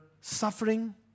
suffering